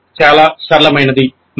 ADDIE చాలా సరళమైనది